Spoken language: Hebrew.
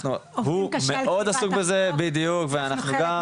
הוא מאוד עסוק בזה ואנחנו גם אז יש פה --- אנחנו עובדים קשה,